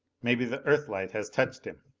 maybe the earthlight has touched him.